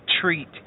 treat